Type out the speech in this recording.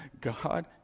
God